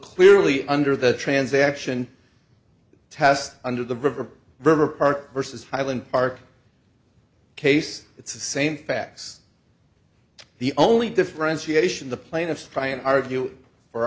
clearly under the transaction test under the river river park versus highland park case it's the same facts the only differentiation the plaintiffs try and argue for